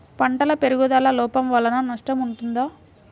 పంటల పెరుగుదల లోపం వలన నష్టము ఉంటుందా?